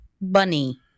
bunny